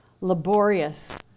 laborious